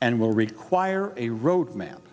and will require a road map